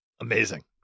Amazing